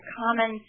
common